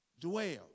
dwell